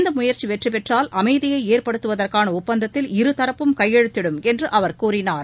இந்த முயற்சி வெற்றி பெற்றால் அமைதியை ஏற்படுத்துவதற்காள ஒப்பந்தத்தில் இருதரப்பும் கையெழுத்திடும் என்று அவர் கூறினார்